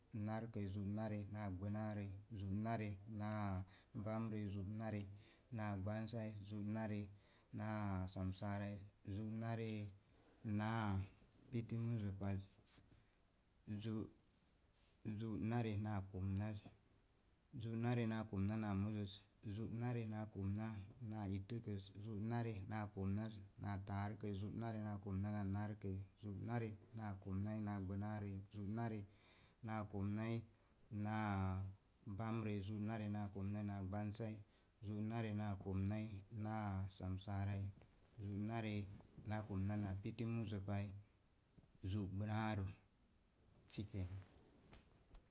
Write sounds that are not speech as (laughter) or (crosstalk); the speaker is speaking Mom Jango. Narkəii za nare naa gbənaarəi zú nare naa bamrəi zá nare naa gbansai, zánare naa samsarai, zú nare na piti muzo paz, zú zú nare naa komnaz, zá nare naa komna naa muzoz zú nare naa komna naa ittəkəz, zu nare naa komna naa taarəkəz, zú nare na komna naa, narkəi zú nare naa komna naa gbənaarəi, zú nare na komna naa bamrəi, zú nare naa komna naa gbam sai, zú nare naa komna naa ittəkəz, zu nare naa komna naa taarəkəz, zu’ nare na komna naa. Narkəi zú nare naa komna naa gbənaarəi, zú nare na komna naa bamrəi, zú nare naa komna naa gbam sai, zú nare naa komna naa samsaarai, zá nare naa komna naa piti muzo pai, zú gbənaarə sikenan (noise)